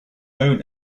own